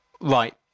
right